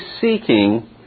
seeking